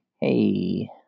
Hey